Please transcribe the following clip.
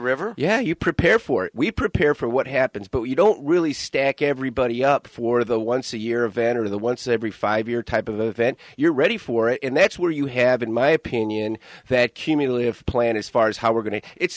river yeah you prepare for we prepare for what happens but you don't really stack everybody up for the once a year a van or the once every five year type of event you're ready for it and that's where you have in my opinion that cumulative plan as far as how we're going to it's